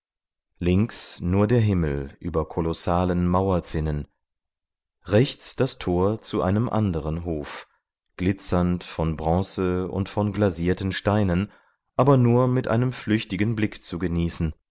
links nur der himmel über kolossalen mauerzinnen rechts das tor zu einem anderen hof glitzernd von bronze und von glasierten steinen aber nur mit einem flüchtigen blick zu genießen